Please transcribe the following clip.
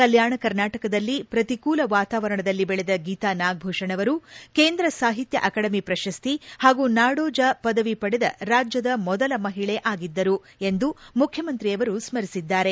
ಕಲ್ಕಾಣ ಕರ್ನಾಟಕದಲ್ಲಿ ಪ್ರತಿಕೂಲ ವಾತಾವರಣದಲ್ಲಿ ದೆಳೆದ ಗೀತಾ ನಾಗಭೂಷಣ ಅವರು ಕೇಂದ್ರ ಸಾಹಿತ್ಯ ಅಕಾಡೆಮಿ ಪ್ರಶಸ್ತಿ ಹಾಗೂ ನಾಡೋಜ ಪದವಿ ಪಡೆದ ರಾಜ್ಣದ ಮೊದಲ ಮಹಿಳೆ ಇವರಾಗಿದ್ದರು ಎಂದು ಮುಖ್ಚಮಂತ್ರಿ ಅವರು ಸ್ನರಿಸಿದ್ದಾರೆ